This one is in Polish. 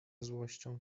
złością